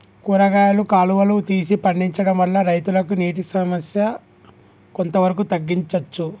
కూరగాయలు కాలువలు తీసి పండించడం వల్ల రైతులకు నీటి సమస్య కొంత వరకు తగ్గించచ్చా?